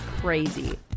crazy